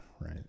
Right